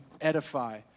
edify